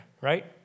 right